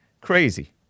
crazy